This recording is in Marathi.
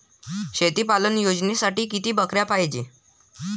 शेळी पालन योजनेसाठी किती बकऱ्या पायजे?